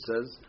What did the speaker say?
says